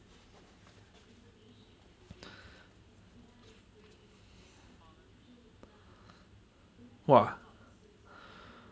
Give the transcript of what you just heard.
!wah!